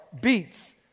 beats